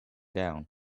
down